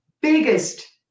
Biggest